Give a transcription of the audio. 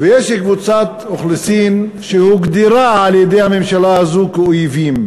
ויש קבוצת אוכלוסין שהוגדרה על-ידי הממשלה הזאת כאויבים,